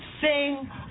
sing